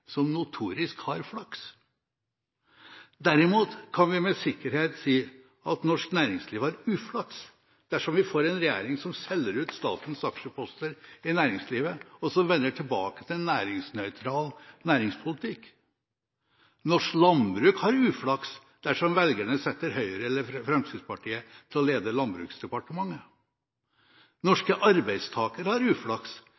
som notorisk har flaks. Derimot kan vi med sikkerhet si at norsk næringsliv har uflaks dersom vi får en regjering som selger ut statens aksjeposter i næringslivet, og som vender tilbake til en næringsnøytral næringspolitikk. Norsk landbruk har uflaks dersom velgerne setter Høyre eller Fremskrittspartiet til å lede Landbruksdepartementet.